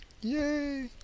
Yay